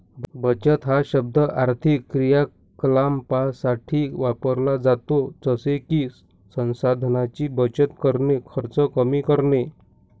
बचत हा शब्द आर्थिक क्रियाकलापांसाठी वापरला जातो जसे की संसाधनांची बचत करणे, खर्च कमी करणे